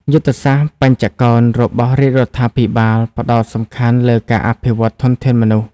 យុទ្ធសាស្ត្របញ្ចកោណរបស់រាជរដ្ឋាភិបាលផ្ដោតសំខាន់លើការអភិវឌ្ឍធនធានមនុស្ស។